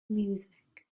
music